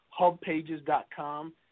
hubpages.com